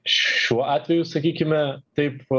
šiuo atveju sakykime taip